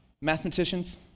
Mathematicians